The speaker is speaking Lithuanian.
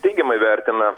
teigiamai vertina